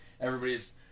everybody's